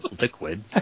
liquid